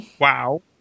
Wow